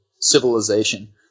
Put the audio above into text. civilization